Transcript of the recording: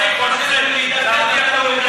אבל אני נשאר.